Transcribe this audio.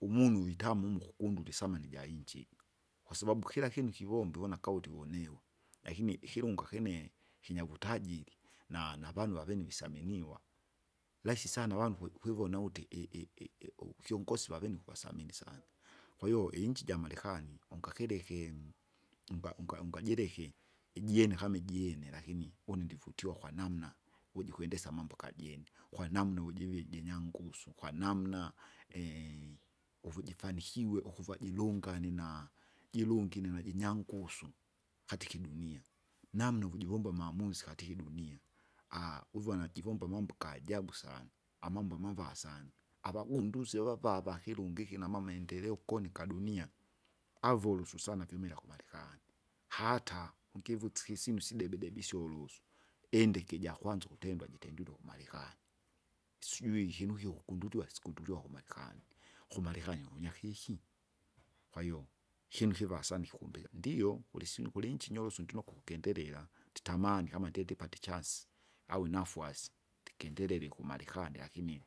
Umunu vitama umu ukukundule ithamani ija iinchi iji. Kwasababu kira kinu kivomba kauti ivoniwa, lakini ikilunga kine, kinyavutajiri, na- navanu avene visaminiwa, rahisi sana avanu ukwi- ukwivona uti i- i- i- iu- ukyunkosi vavene ukuvathamini sana. Kwahiyo iinchi ja Marekani ungakile ikinu, unga- ungai- ungajileke, ijiene kama ijiene lakini, une ndivutiwa kwanamna, wujikwendesa amambo kajene, kwanmna uvujivi jinyangus, kwanamna, uvu jifanikiwe ukuva jilungani na- jilungine najinyangusu, katika idunia, namna ukujivomba amamusi katika idunia uvona jivomba amambo gajabu sana, amambo amava sana. Avagunduse vava vakilungi iki namama maendeleo ukoni kadunia. Avulusu sana vimela kumarekani, hata ungivuse ikisyinu sidebe debe isyolusi, indeke ijkwanza ukutendwa jitendwile kumarkani. Sijui ikinu kiki ukugunduliwa sikunduliwa kumarekani, kumarekani kunyakiki? kwahiyo ikinu kiva sana kikumbika ndio kusyinu kulinchi nyorosu ndinukwa ukukendelela, nditamani kama ndindipate, au inafwasi, ndikendelele kumarekani lakini,